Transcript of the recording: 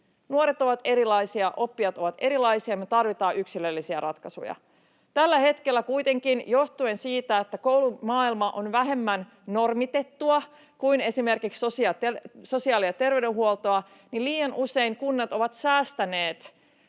Nuoret ovat erilaisia, oppijat ovat erilaisia, ja me tarvitaan yksilöllisiä ratkaisuja. Tällä hetkellä kuitenkin, johtuen siitä, että koulumaailma on vähemmän normitettua kuin esimerkiksi sosiaali- ja terveydenhuolto, liian usein kunnat ovat säästäneet